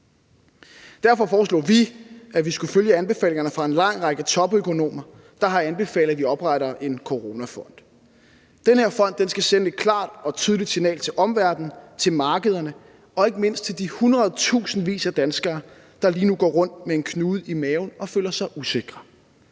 Derfor foreslog vi, at vi skulle følge anbefalingerne fra en lang række topøkonomer, der har anbefalet, at vi opretter en coronafond. Den her fond skal sende et klart og tydeligt signal til omverdenen, til markederne og ikke mindst til de hundredtusindvis af danskere, der lige nu går rundt med en knude i maven og føler sig usikre: